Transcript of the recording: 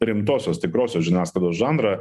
rimtosios tikrosios žiniasklaidos žanrą